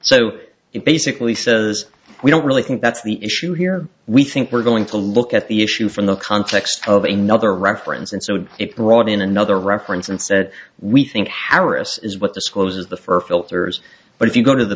it basically says we don't really think that's the issue here we think we're going to look at the issue from the context of a nother reference and sewed it right in another reference and said we think harris is what discloses the fir filters but if you go to the